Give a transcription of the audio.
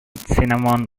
cinnamon